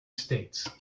states